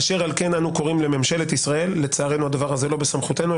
אשר על כן אנו קוראים לממשלת ישראל" לצערנו הדבר הזה לא בסמכותנו,